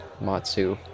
Matsu